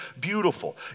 beautiful